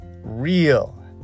real